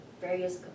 various